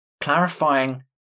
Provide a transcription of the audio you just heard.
clarifying